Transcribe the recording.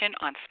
on